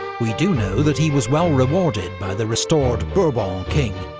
we do know that he was well rewarded by the restored bourbon king,